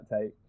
take